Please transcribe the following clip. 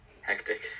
hectic